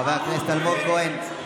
חבר הכנסת אלמוג כהן,